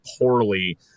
poorly